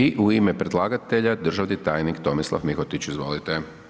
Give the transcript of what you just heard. I u ime predlagatelja državni tajnik Tomislav Mihotić, izvolite.